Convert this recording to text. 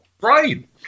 Right